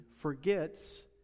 forgets